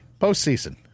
postseason